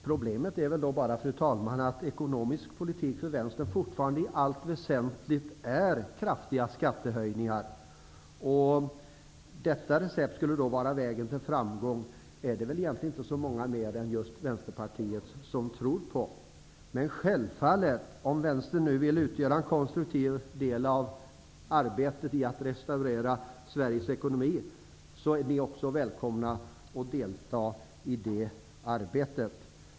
Problemet är väl då, fru talman, att ekonomisk politik för Vänsterpartiet fortfarande i allt väsentligt är kraftiga skattehöjningar. Att detta recept skulle vara vägen till framgång är det väl egentligen inte så många mer än just Vänsterpartiet som tror. Om ni i Vänstern nu vill utgöra en konstruktiv del i arbetet på att restaurera Sveriges ekonomi, är ni självfallet välkomna att delta i det arbetet.